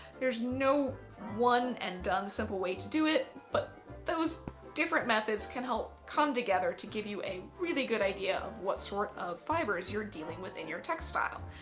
there's no one and done simple way to do it but those different methods can help come together to give you a really good idea of what sort of fibers you're dealing with in your textile.